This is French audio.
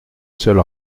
seule